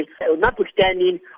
notwithstanding